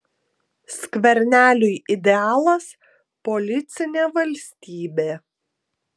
skverneliui idealas policinė valstybė